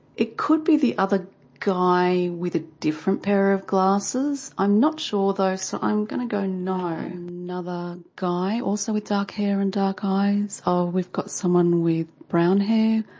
it could be the other guy with a different pair of glasses. i'm not sure though so i'm going to go no. another guy, also with dark hair and dark eyes, oh, we've got someone with brown hair,